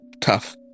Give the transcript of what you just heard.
tough